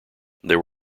there